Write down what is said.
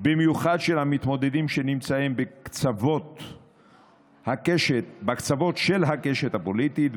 במיוחד של המתמודדים שנמצאים בקצוות של הקשת הפוליטית,